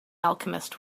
alchemist